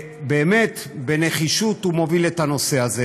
ובאמת בנחישות הוא מוביל את הנושא הזה,